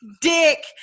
dick